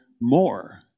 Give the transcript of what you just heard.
more